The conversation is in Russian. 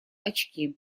очки